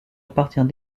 appartient